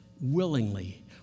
willingly